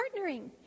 partnering